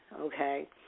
okay